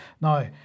Now